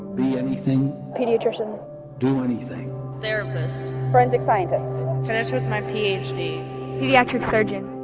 be anything pediatrician do anything therapist forensic scientist finish with my ph d pediatric surgeon